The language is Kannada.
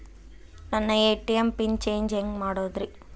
ನನ್ನ ಎ.ಟಿ.ಎಂ ಪಿನ್ ಚೇಂಜ್ ಹೆಂಗ್ ಮಾಡೋದ್ರಿ?